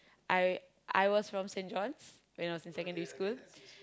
I I was from Saint John's when I was in secondary school